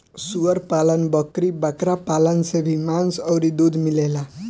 सूअर पालन, बकरी बकरा पालन से भी मांस अउरी दूध मिलेला